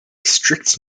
strict